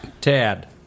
Tad